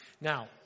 Now